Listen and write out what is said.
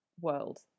world